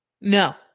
No